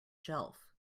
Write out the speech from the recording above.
shelf